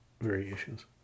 variations